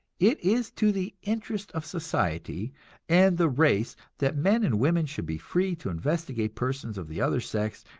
it is to the interest of society and the race that men and women should be free to investigate persons of the other sex,